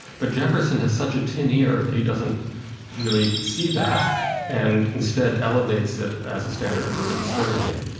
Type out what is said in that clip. but jefferson has such a tin ear that he doesn't really see that and instead elevates it as a standard of religious liberty.